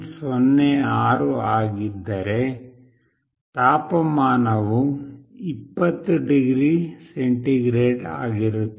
06 ಆಗಿದ್ದರೆ ತಾಪಮಾನವು 20 degree centigrade ಆಗಿರುತ್ತದೆ